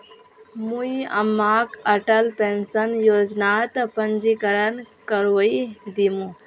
मुई अम्माक अटल पेंशन योजनात पंजीकरण करवइ दिमु